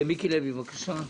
מיקי לוי, בבקשה.